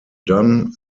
done